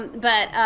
but,